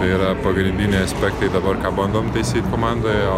tai yra pagrindiniai aspektai dabar ką bandom taisyt komandoje o